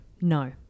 no